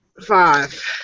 Five